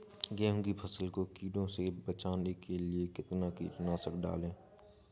गेहूँ की फसल को कीड़ों से बचाने के लिए कितना कीटनाशक डालें?